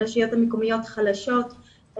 הרשויות המקומיות חלשות,